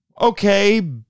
Okay